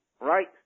right